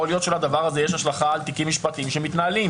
יכול להיות שלדבר הזה יש השלכה על תיקים משפטיים שמתנהלים.